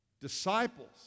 disciples